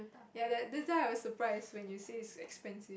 ya that that's why I was surprised when you say it's expensive